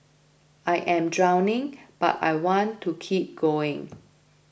I am drowning but I want to keep going